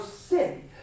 sin